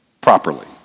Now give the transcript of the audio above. properly